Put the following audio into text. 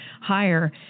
higher